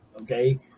okay